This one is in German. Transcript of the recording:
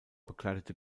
begleitete